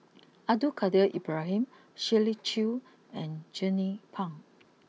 Abdul Kadir Ibrahim Shirley Chew and Jernnine Pang